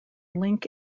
link